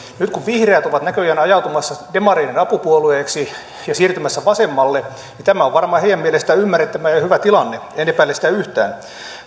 nyt kun vihreät ovat näköjään ajautumassa demareiden apupuolueeksi ja siirtymässä vasemmalle niin tämä on varmaan heidän mielestään ymmärrettävä ja hyvä tilanne en epäile sitä yhtään